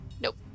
Nope